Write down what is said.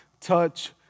touch